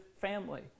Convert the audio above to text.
family